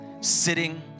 sitting